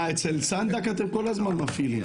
אצל סנדק אתם כל הזמן מפעילים.